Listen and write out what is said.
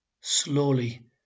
Slowly